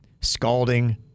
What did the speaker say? scalding